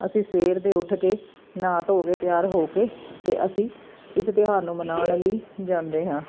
ਅਸੀਂ ਸਵੇਰ ਦੇ ਉੱਠ ਕੇ ਨਾਹ ਧੋ ਕੇ ਤਿਆਰ ਹੋ ਕੇ ਅਤੇ ਅਸੀਂ ਇਸ ਤਿਉਹਾਰ ਨੂੰ ਮਨਾਉਣ ਲਈ ਜਾਂਦੇ ਹਾਂ